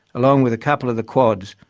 along with a couple of the quads.